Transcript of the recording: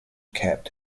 kept